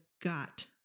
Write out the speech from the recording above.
got